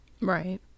Right